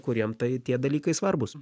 kuriem tai tie dalykai svarbūs